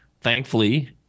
thankfully